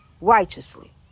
righteously